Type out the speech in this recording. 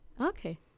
okay